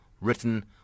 written